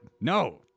No